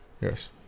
Yes